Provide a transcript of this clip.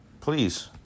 please